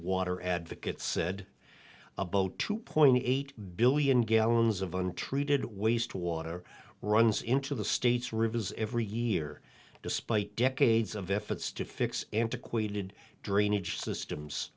water advocate said a boat two point eight billion gallons of untreated waste water runs into the state's rivers every year despite decades of efforts to fix antiquated drainage systems